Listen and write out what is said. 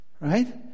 Right